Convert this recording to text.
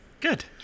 Good